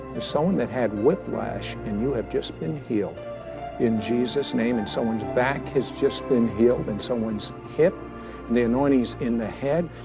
there's someone that had whiplash, and you have just been healed in jesus' name. and someone's back has just been healed, and someone's hip, and the anointing is in the head.